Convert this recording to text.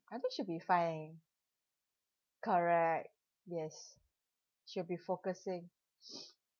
I think she'll be fine correct yes she'll be focusing